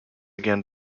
again